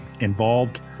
involved